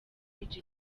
kwica